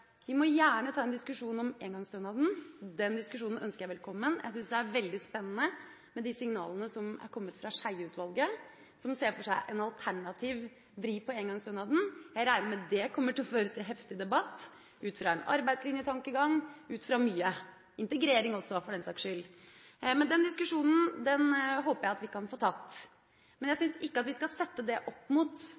Vi må gjerne ta en diskusjon om engangsstønaden – den diskusjonen ønsker jeg velkommen. Jeg syns det er veldig spennende med de signalene som er kommet fra Skjeie-utvalget, som ser for seg en alternativ vri på engangsstønaden. Jeg regner med at det kommer til å føre til heftig debatt ut fra en arbeidslinjetankegang, ut fra mye – integrering også, for den saks skyld. Den diskusjonen håper jeg at vi kan få tatt. Men jeg syns ikke at vi skal sette det opp mot